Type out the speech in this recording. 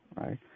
right